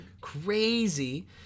Crazy